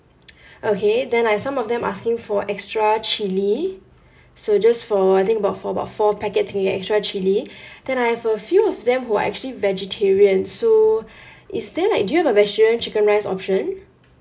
okay then like some of them asking for extra chilli so just for I think about for about four packet we can get extra chilli then I have a few of them who are actually vegetarian so is there like do you have a vegetarian chicken rice option